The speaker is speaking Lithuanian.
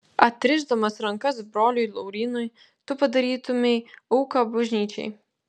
atrišdamas rankas broliui laurynui tu padarytumei auką bažnyčiai